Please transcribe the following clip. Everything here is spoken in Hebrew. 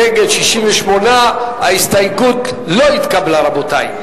נגד, 68. ההסתייגות לא התקבלה, רבותי.